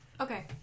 Okay